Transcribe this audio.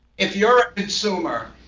if you're a consumer,